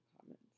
comments